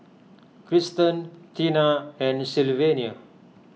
Cristen Teena and Sylvania